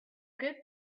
good